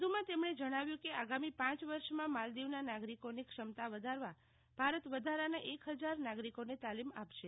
વધુમાં તેમણે જણાવ્યું કે આગામી પાંચ વર્ષમાં માલદીવ નાગરિકો ની ક્ષમતા વધારવા ભારત વધારા નાં એક હજાર નાગરીકોને તાલીમ આપશે